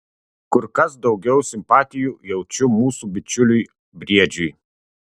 kur kas daugiau simpatijų jaučiu mūsų bičiuliui briedžiui